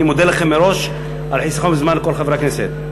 אני מודה לכם על חיסכון בזמן לכל חברי הכנסת.